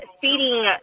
feeding